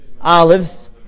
olives